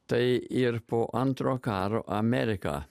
tai ir po antro karo amerika